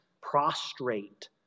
prostrate